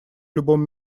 любом